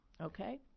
okay